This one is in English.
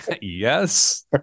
yes